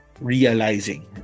realizing